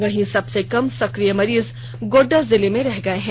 वहीं सबसे कम सक्रिय मरीज गोड्डा जिले में रह गए हैं